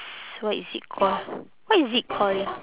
s~ what is it call what is it call ya